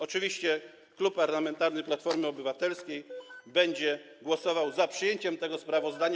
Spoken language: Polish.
Oczywiście Klub Parlamentarny Platforma Obywatelskiej będzie głosował za przyjęciem tego sprawozdania.